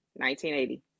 1980